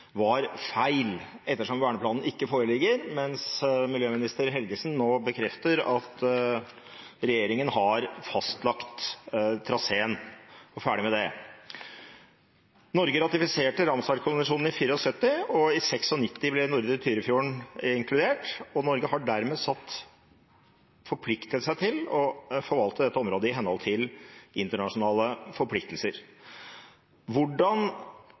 var feil, ettersom verneplanen ikke foreligger, mens klima- og miljøminister Helgesen nå bekrefter at regjeringen har fastlagt traseen – og ferdig med det. Norge ratifiserte Ramsar-konvensjonen i 1974, og i 1996 ble Nordre Tyrifjorden inkludert. Norge har dermed forpliktet seg til å forvalte dette området i henhold til internasjonale forpliktelser. Hvordan